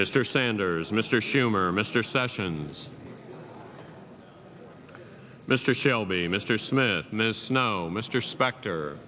mr sanders mr schumer mr sessions mr shelby mr smith miss no mr spect